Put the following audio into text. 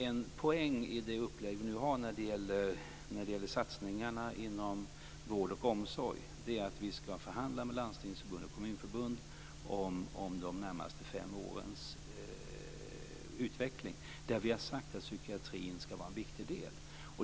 En poäng med det upplägg vi har när det gäller satsningarna inom vård och omsorg är att vi ska förhandla med landstingsförbund och kommunförbund om de närmaste fem årens utveckling, där vi har sagt att psykiatrin ska vara en viktig del.